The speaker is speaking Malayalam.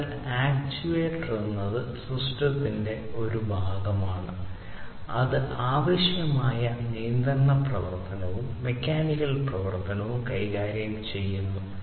അതിനാൽ ആക്റ്റുവേറ്റർ എന്നത് സിസ്റ്റത്തിന്റെ ഒരു ഭാഗമാണ് അത് ആവശ്യമായ നിയന്ത്രണ പ്രവർത്തനവും മെക്കാനിക്കൽ പ്രവർത്തനവും കൈകാര്യം ചെയ്യുന്നു